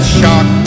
shark